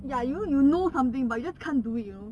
ya you know you know something but you just can't do it you know